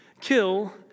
kill